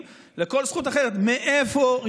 חברים,